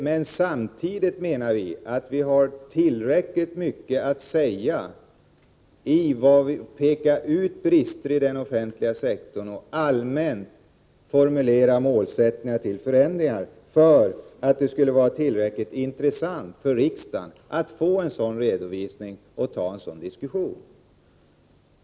Men samtidigt menade vi att vi hade tillräckligt mycket att säga när det gällde att peka ut brister i den offentliga sektorn och formulera målsättningar för förändringar, peka på lagda propositioner, försök och kommande utredningsförslag för att det skulle vara intressant för riksdagen att få en redovisning och kunna föra en diskussion.